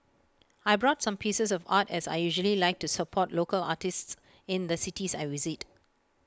I brought some pieces of art as I usually like to support local artists in the cities I visit